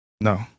No